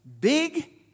Big